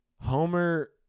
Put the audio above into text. Homer